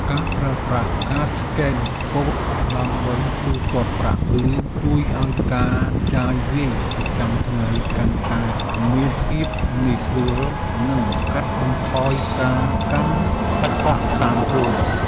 ការប្រើប្រាស់ការស្កេនកូដដើម្បីទូទាត់ប្រាក់ គឺ ជួយឱ្យការចាយវាយប្រចាំថ្ងៃកាន់តែមានភាពងាយស្រួល និង កាត់បន្ថយការកាន់សាច់ប្រាក់តាមខ្លួន។